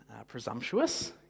presumptuous